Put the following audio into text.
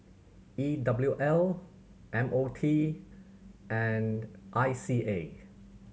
E W L M O T and I C A